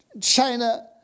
China